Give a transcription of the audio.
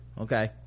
okay